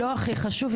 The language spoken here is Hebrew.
לא הכי חשוב.